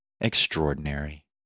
extraordinary